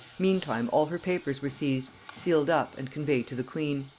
meantime all her papers were seized, sealed up, and conveyed to the queen.